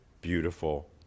beautiful